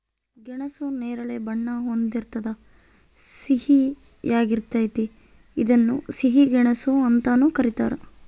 ಗೆಣಸು ನೇರಳೆ ಬಣ್ಣ ಹೊಂದಿರ್ತದ ಸಿಹಿಯಾಗಿರ್ತತೆ ಇದನ್ನ ಸಿಹಿ ಗೆಣಸು ಅಂತಾನೂ ಕರೀತಾರ